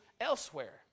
elsewhere